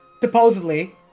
supposedly